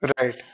right